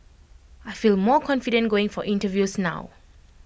I feel more confident going for interviews now